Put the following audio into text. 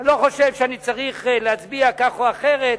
אני לא חושב שאני צריך להצביע כך או אחרת,